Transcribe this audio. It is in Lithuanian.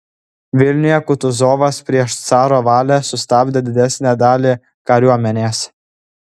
vilniuje kutuzovas prieš caro valią sustabdė didesnę dalį kariuomenės